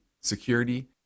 security